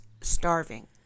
starving